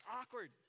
awkward